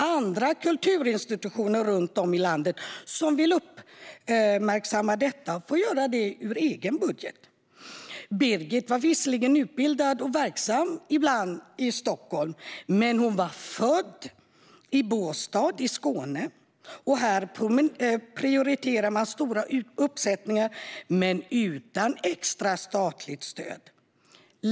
Andra kulturinstitutioner runt om i landet som vill uppmärksamma detta får göra det ur egen budget. Birgit var visserligen utbildad och ibland verksam i Stockholm. Men hon var född i Båstad i Skåne, och här prioriterar man stora uppsättningar men utan extra statligt stöd.